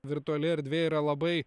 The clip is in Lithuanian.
virtuali erdvė yra labai